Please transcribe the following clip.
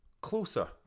Closer